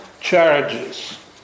charges